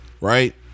Right